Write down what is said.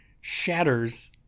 shatters